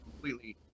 completely